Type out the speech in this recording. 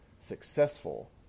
successful